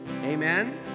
Amen